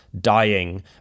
Dying